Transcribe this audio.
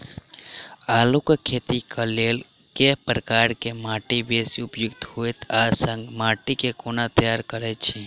आलु केँ खेती केँ लेल केँ प्रकार केँ माटि बेसी उपयुक्त होइत आ संगे माटि केँ कोना तैयार करऽ छी?